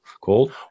cold